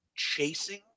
chasing